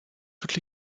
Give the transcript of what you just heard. toutes